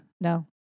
No